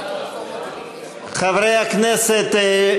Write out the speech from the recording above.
ולצמצום הריכוזיות בשוק הבנקאות בישראל (תיקוני חקיקה),